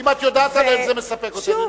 אם את יודעת עליהם זה מספק אותי.